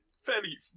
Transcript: fairly